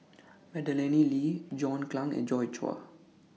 Madeleine Lee John Clang and Joi Chua